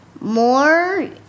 more